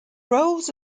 roles